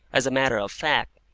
as a matter of fact,